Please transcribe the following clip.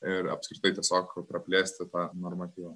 ir apskritai tiesiog praplėsti tą normatyvą